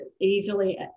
easily